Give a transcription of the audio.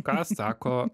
ką sako